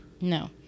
No